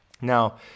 Now